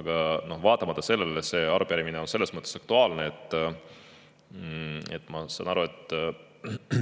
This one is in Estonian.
Aga vaatamata sellele on see arupärimine selles mõttes aktuaalne, et ma saan aru, et